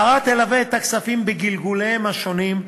ההערה תלווה את הכספים בגלגוליהם השונים,